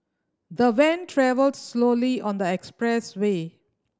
the van travelled slowly on the expressway